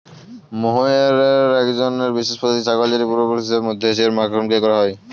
mohair এক বিশেষ প্রজাতির ছাগল যেটির পূর্বপুরুষ হিসেবে মধ্য এশিয়ার মাখরকে ধরা হয়